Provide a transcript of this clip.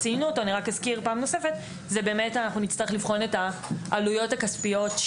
באמת אנחנו נצטרך לבחון את העלויות הכספיות שיגזרו כתוצאה מהבדיקה.